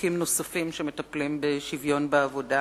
חוקים נוספים שמטפלים בשוויון בעבודה,